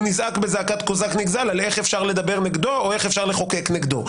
נזעק בזעקת קוזק נגזל על איך אפשר לדבר נגדו או איך אפשר לחוקק נגדו.